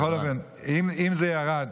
בכל אופן, אם זה ירד,